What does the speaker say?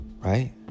right